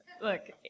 Look